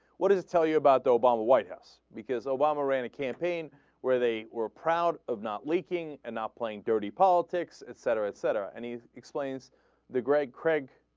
what is tell you about though by um white house because of um ah honorary and campaign where they we're proud of not leaking and not playing dirty politics and saturn set a andy's explains the greg craig